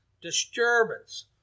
disturbance